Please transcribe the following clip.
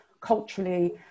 culturally